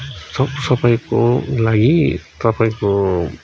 सब सबैको लागि तपाईँको